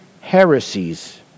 heresies